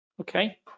okay